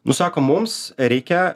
nu sako mums reikia